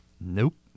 nope